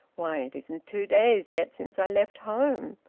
why, it isn't two days yet since i left home.